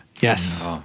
yes